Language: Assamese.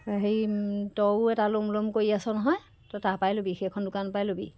হেৰি তইও এটা ল'ম ল'ম কৰি আছ নহয় ত' তই তাপাই ল'বি সেইখন দোকান পাই ল'বি